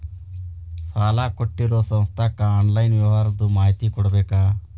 ಸಾಲಾ ಕೊಟ್ಟಿರೋ ಸಂಸ್ಥಾಕ್ಕೆ ಆನ್ಲೈನ್ ವ್ಯವಹಾರದ್ದು ಮಾಹಿತಿ ಕೊಡಬೇಕಾ?